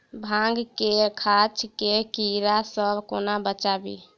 भांग केँ गाछ केँ कीड़ा सऽ कोना बचाबी?